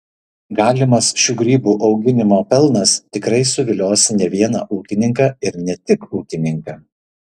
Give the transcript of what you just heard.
galimas šių grybų auginimo pelnas tikrai suvilios ne vieną ūkininką ir ne tik ūkininką